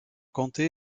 comté